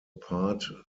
part